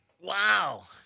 Wow